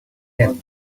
him